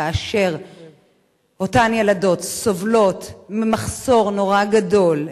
כאשר אותן ילדות סובלות ממחסור נורא גדול,